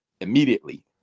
immediately